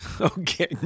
Okay